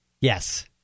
Yes